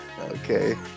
Okay